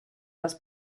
das